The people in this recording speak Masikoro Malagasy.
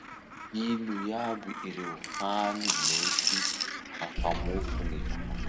Ino iaby ireo hany mety hampamofo gny vava?